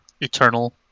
eternal